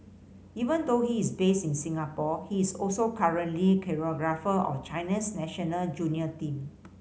even though he is based in Singapore he is also currently choreographer of China's national junior team